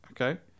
Okay